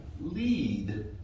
lead